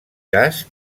cas